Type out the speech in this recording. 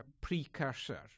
precursor